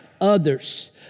Others